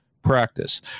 practice